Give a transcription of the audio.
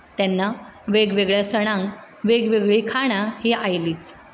तेन्ना वेग वेगळ्या सणाक वेग वेगळीं खाणां हीं आयलीच